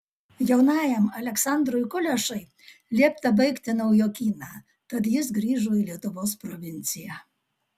jaunajam aleksandrui kulešai liepta baigti naujokyną tad jis grįžo į lietuvos provinciją